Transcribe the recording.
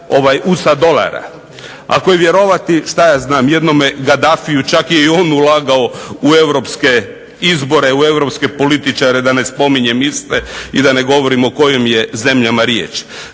dolara. Ako je vjerovati, što ja znam, jednome Gadafiju, čak je i on ulagao u europske izbore, u europske političare da ne spominjem iste i da ne govorim o kojim je zemljama riječ.